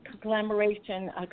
collaboration